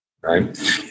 right